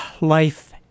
Life